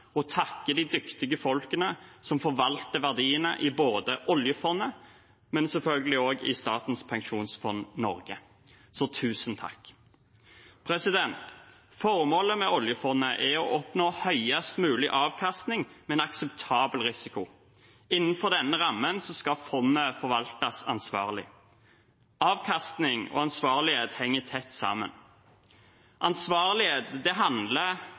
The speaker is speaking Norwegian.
takke de dyktige folkene som forvalter verdiene i oljefondet, men selvfølgelig også i Statens pensjonsfond Norge – så tusen takk. Formålet med oljefondet er å oppnå høyest mulig avkastning med en akseptabel risiko. Innenfor denne rammen skal fondet forvaltes ansvarlig. Avkastning og ansvarlighet henger tett sammen. Ansvarlighet og et etisk rammeverk handler